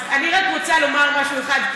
אז אני רק רוצה לומר משהו אחד,